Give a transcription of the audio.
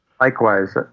likewise